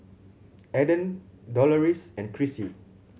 Adan Doloris and Chrissy